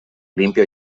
limpio